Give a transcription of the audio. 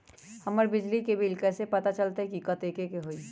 हमर बिजली के बिल कैसे पता चलतै की कतेइक के होई?